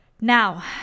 Now